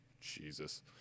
Jesus